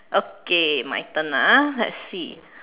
okay my turn ah let's see